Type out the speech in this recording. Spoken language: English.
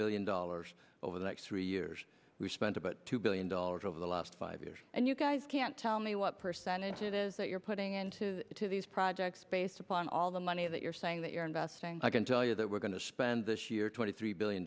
billion dollars over the next three years we spend about two billion dollars over the last five years and you guys can't tell me what percentage it is that you're putting into to these projects based upon all the money that you're saying that you're investing i can tell you that we're going to spend this year twenty three billion